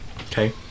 Okay